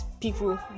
people